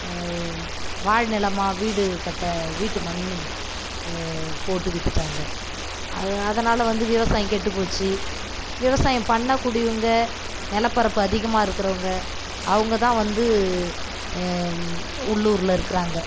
வாழ் நிலமாக வீடு கட்ட வீட்டு மண்ணு போட்டு விற்றுட்டாங்க அதனால் வந்து விவசாயம் கெட்டுப் போச்சு விவசாயம் பண்ணக் கூடியவங்க நிலப்பரப்பு அதிகமாக இருக்கிறவங்க அவங்க தான் வந்து உள்ளூரில் இருக்கிறாங்க